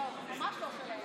לא, ממש לא שלהם.